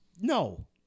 No